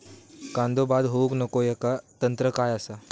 कांदो बाद होऊक नको ह्याका तंत्र काय असा?